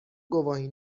گواهی